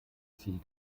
ziel